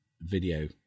video